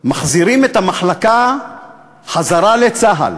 מחזירים את המחלקה חזרה לצה"ל.